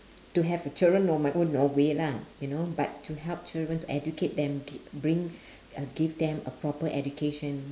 to have a children on my own no way lah you know but to help children to educate them g~ bring uh give them a proper education